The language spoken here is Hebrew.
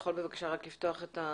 כן.